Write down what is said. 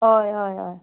हय हय हय